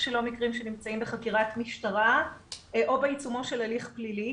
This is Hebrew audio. שלא מקרים שנמצאים בחקירת משטרה או בעיצומו של הליך פלילי.